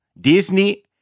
Disney